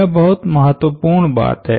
यह बहुत महत्वपूर्ण बात है